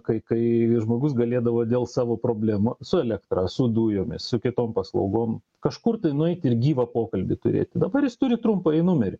kai kai žmogus galėdavo dėl savo problemų su elektra su dujomis su kitom paslaugom kažkur tai nueiti ir gyvą pokalbį turėti dabar jis turi trumpąjį numerį